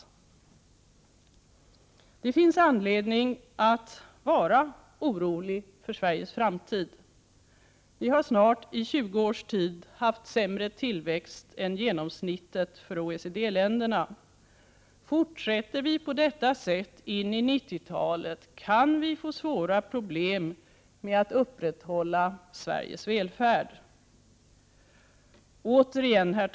Det finns anledning att vara orolig för Sveriges framtid. Vi har i snart 20 års tid haft sämre tillväxt än genomsnittet för OECD-länderna. Fortsätter vi på detta sätt in i 90-talet kan vi få svåra problem att upprätthålla Sveriges välfärd. Herr talman!